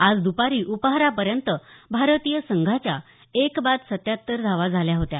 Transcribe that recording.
आज द्पारी उपाहारापर्यंत भारतीय संघाच्या एक बाद सत्त्याहत्तर धावा झाल्या होत्या